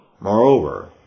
Moreover